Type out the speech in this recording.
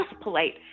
polite